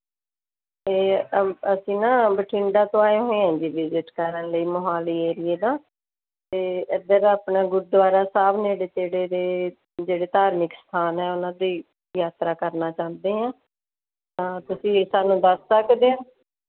ਇਹ ਅਸੀਂ ਨਾ ਬਠਿੰਡਾ ਤੋਂ ਆਏ ਹੋਏ ਹਾਂ ਜੀ ਵਿਜ਼ਿਟ ਕਰਨ ਲਈ ਮੋਹਾਲੀ ਏਰੀਆ ਦਾ ਅਤੇ ਇੱਧਰ ਆਪਣਾ ਗੁਰਦੁਆਰਾ ਸਾਹਿਬ ਨੇੜੇ ਤੇੜੇ ਦੇ ਜਿਹੜੇ ਧਾਰਮਿਕ ਅਸਥਾਨ ਹੈ ਉਹਨਾਂ ਦੀ ਯਾਤਰਾ ਕਰਨਾ ਚਾਹੁੰਦੇ ਹਾਂ ਤੁਸੀਂ ਸਾਨੂੰ ਦੱਸ ਸਕਦੇ ਹਾਂ